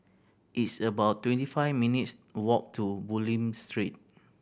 it's about twenty five minutes' walk to Bulim Street